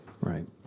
right